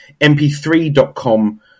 MP3.com